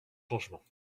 changement